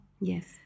Yes